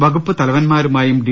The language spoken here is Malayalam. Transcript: വകുപ്പ് തലവൻമാരുമായും ഡി